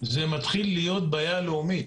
זאת מתחילה להיות בעיה לאומית,